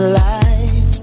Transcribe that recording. life